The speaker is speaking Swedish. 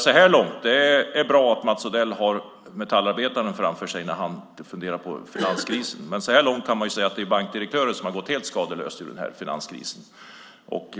Så här långt är det bra att Mats Odell har metallarbetarna framför sig när han funderar på finanskrisen. Men så här långt kan man säga att det är bankdirektörerna som har gått helt skadeslösa ur krisen.